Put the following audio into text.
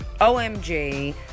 OMG